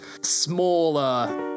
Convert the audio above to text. smaller